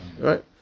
right